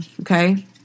okay